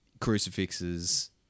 Crucifixes